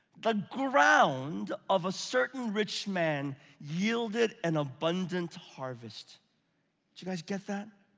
the ground of a certain rich man yielded an abundant harvest. do you guys get that?